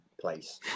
place